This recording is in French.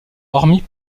hormis